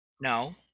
No